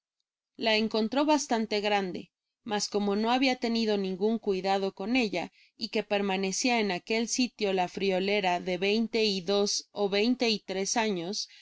la encontró bastante grande mas como no habia tenido ningun cuidado con ella y que permanecia en aquel sitio la friolera de veinte y dos ó veinte y tres años